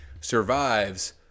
survives